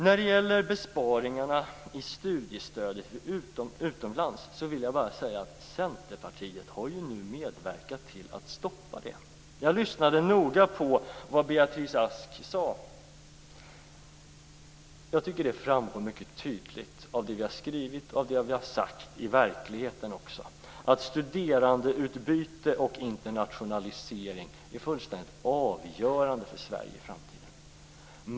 När det gäller besparingarna i studiestödet vid studier utomlands vill jag bara säga att Centerpartiet ju har medverkat till att stoppa dem. Jag lyssnade noga på vad Beatrice Ask sade. Jag tycker att det framgår mycket tydligt av det vi har skrivit och sagt, och även av verkligheten, att studerandeutbyte och internationalisering är fullständigt avgörande för Sverige i framtiden.